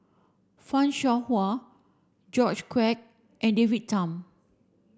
Fan Shao Hua George Quek and David Tham